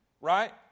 right